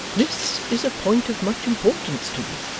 this is a point of much importance to you,